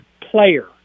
player